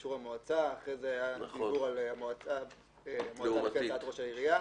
באישור המועצה ואחרי זה דובר על מועצה לפי הצעת ראש העירייה.